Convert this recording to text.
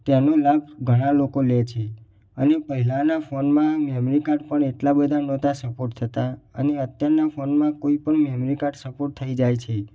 તેનો લાભ ઘણા લોકો લે છે અને પહેલાનાં ફોનમાં મેમરી કાર્ડ પણ એટલા બધા નહોતાં સપોર્ટ થતાં અને અત્યારના ફોનમાં કોઇપણ મેમરી કાર્ડ સપોર્ટ થઈ જાય છે